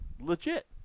legit